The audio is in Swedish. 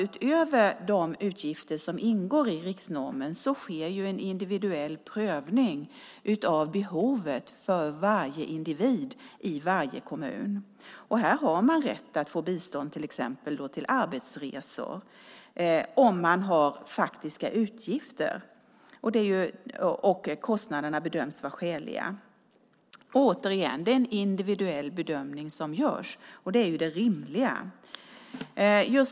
Utöver de utgifter som ingår i riksnormen sker en individuell prövning av behovet för varje individ i varje kommun. Man har rätt att få bistånd till exempel till arbetsresor om man har faktiska utgifter och kostnaderna bedöms vara skäliga. Det är således en individuell bedömning som görs, och det är också det rimliga.